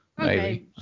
Okay